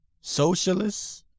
socialists